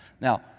Now